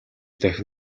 дахин